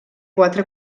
quatre